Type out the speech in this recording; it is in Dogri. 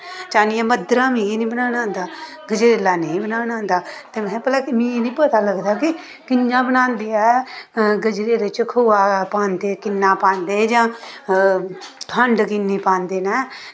चाह्न्नी आं मदरा मिगी निं बनाना औंदा गजरेला नेईं बनाना औंदा ते महे मी निं पता लगदा कि कि'यां बनांदे ऐ गजरेले च खोआ पांदे कि'न्ना पांदे जां खंड कि'न्नी पांदे न